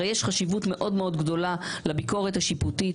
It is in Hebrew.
הרי יש חשיבות מאוד מאוד גדולה לביקורת השיפוטית